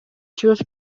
чыгыш